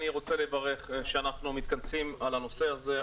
אני רוצה לברך על שאנחנו מתכנסים בנושא הזה.